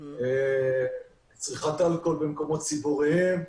צריכת אלכוהול במקומות ציבוריים,